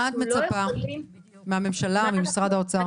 למה את מצפה מהממשלה וממשרד האוצר?